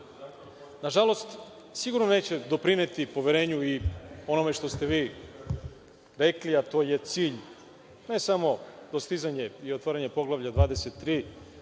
Skupštini. Nažalost, sigurno neće doprineti poverenju i onome što ste vi rekli, a to je cilj, ne samo postizanje i otvaranje poglavlja 23.